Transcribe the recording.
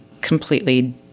completely